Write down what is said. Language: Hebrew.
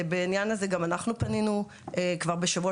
ובעניין הזה גם אנחנו פנינו כבר בשבוע